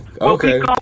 okay